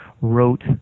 wrote